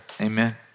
Amen